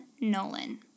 Nolan